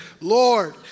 Lord